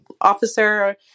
officer